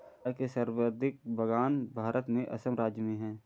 चाय के सर्वाधिक बगान भारत में असम राज्य में है